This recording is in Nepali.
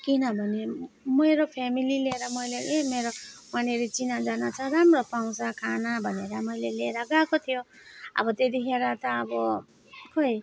किनभने मेरो फ्यामिली लिएर मैले ए मेरो उहाँनेरि चिनाजाना छ राम्रो पाउँछ खाना भनेर मैले लिएर गएको थियो अब त्यतिखेर त अब खोइ